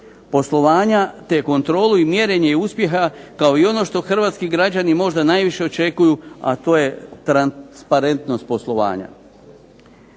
poslovanja te kontrolu i mjerenje uspjeha kao i ono što hrvatski građani možda najviše očekuju, a to je transparentnost poslovanja.